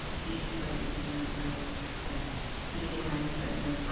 beautiful and yeah healing and and and